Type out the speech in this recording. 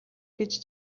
гэж